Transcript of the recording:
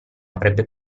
avrebbe